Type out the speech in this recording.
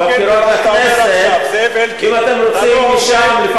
אתה לא הוגן במה שאתה אומר עכשיו,